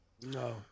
No